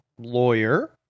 lawyer